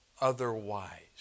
otherwise